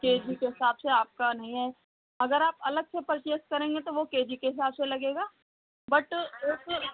के जी के हिसाब से आपका नहीं आए अगर आप अलग से पर्चेज़ करेंगे तो वे के जी के हिसाब से लगेगा बट ऐसे